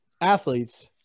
athletes